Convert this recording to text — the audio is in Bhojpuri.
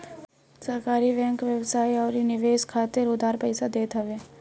सहकारी बैंक व्यवसाय अउरी निवेश खातिर उधार पईसा देत हवे